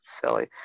silly